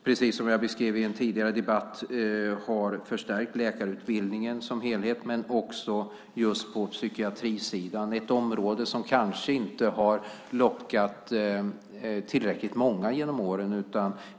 Precis som jag beskrev i en tidigare debatt har vi förstärkt läkarutbildningen som helhet och också på psykiatrisidan - ett område som genom åren kanske inte har lockat tillräckligt många.